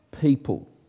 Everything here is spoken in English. people